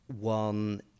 one